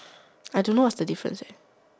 I don't know what's the difference eh